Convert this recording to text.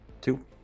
Two